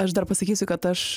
aš dar pasakysiu kad aš